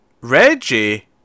Reggie